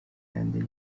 kandi